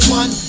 one